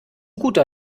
guter